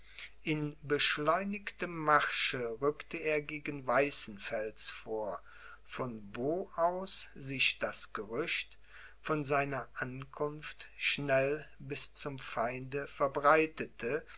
in beschleunigtem marsche rückte er gegen weißenfels vor von wo aus sich das gerücht von seiner ankunft schnell bis zum feinde verbreitete